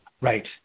Right